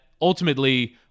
ultimately